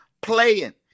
playing